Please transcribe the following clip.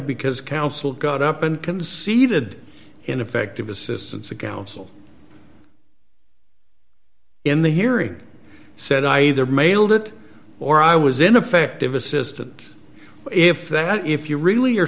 because council got up and conceded ineffective assistance of counsel in the hearing said i either mailed it or i was ineffective assistant if that if you really are